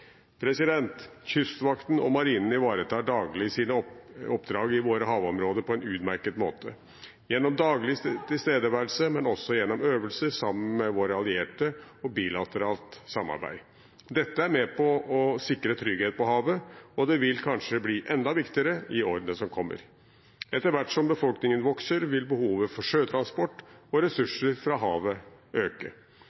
Kystvakten og Marinen ivaretar daglig sine oppdrag i våre havområder på en utmerket måte, gjennom daglig tilstedeværelse, men også gjennom øvelser sammen med våre allierte og gjennom bilateralt samarbeid. Dette er med på å sikre trygghet på havet, og det vil kanskje bli enda viktigere i årene som kommer. Etter hvert som befolkningen vokser, vil behovet for sjøtransport og